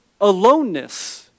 aloneness